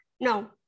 No